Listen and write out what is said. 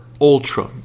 ultra